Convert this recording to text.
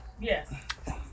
yes